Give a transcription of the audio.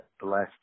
blessed